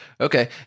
Okay